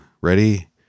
Ready